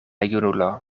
junulo